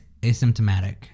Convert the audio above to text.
Asymptomatic